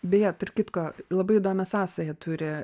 beje tarp kitko labai įdomią sąsają turi